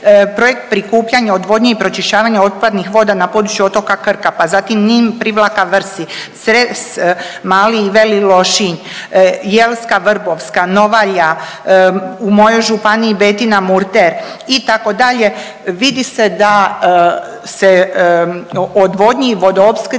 projekt prikupljanje odvodnje i pročišćavanje otpadnih voda na području otoka Krka, pa zatim Nin, Privlaka, Vrsi, Cres, Mali i Veli Lošinj, Jelska, Vrbovska, Novalja, u mojoj županiji Betina, Murter, itd., vidi se da se odvodnji i vodoopskrbi